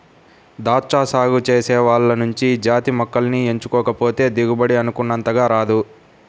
దాచ్చా సాగు చేసే వాళ్ళు మంచి జాతి మొక్కల్ని ఎంచుకోకపోతే దిగుబడి అనుకున్నంతగా రాదు